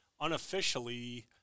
unofficially